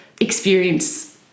experience